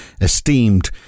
esteemed